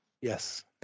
Yes